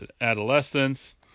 adolescence